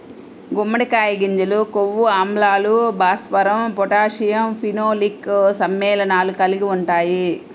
గుమ్మడికాయ గింజలు కొవ్వు ఆమ్లాలు, భాస్వరం, పొటాషియం, ఫినోలిక్ సమ్మేళనాలు కలిగి ఉంటాయి